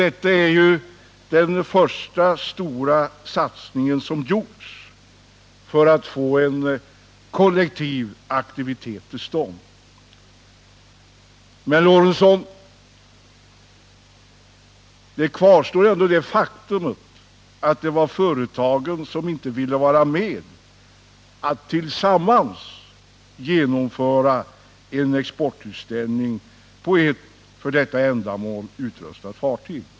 Detta är den första stora satsningen som gjorts för att få en kollektiv aktivitet till stånd. Men, herr Lorentzon, ändå kvarstår det faktum att det var företagen som inte ville vara med om att tillsammans genomföra en exportutställning på ett för detta ändamål utrustat fartyg.